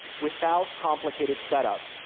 without complicated setup.